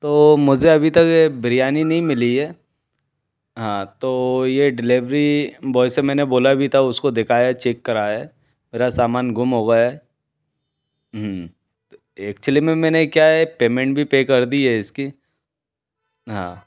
तो मुझे अभी तक बिरयानी नहीं मिली है हाँ तो ये डिलेवरी बॉय से मैंने बोल भी था उसको देखाया है चेक कराया है मेरा समान गुम हो गया है हूँ एक्चुअल्ली में मैंने क्या है पेमेंट भी पे कर दी है इसकी हाँ